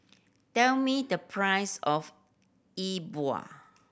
tell me the price of Yi Bua